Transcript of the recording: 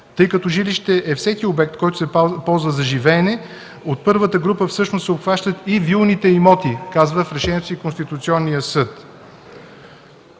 Тъй като жилище е всеки обект, който се ползва за живеене, от първата група всъщност се обхващат и вилните имоти – казва в решението си Конституционният съд.